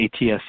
ATS